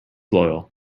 loyal